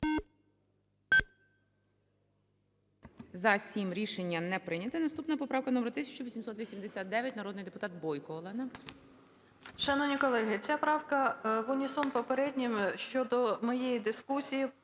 За-7 Рішення не прийнято. Наступна поправка номер 1889. Народний депутат Бойко Олена. 12:56:30 БОЙКО О.П. Шановні колеги, ця правка в унісон попереднім щодо моєї дискусії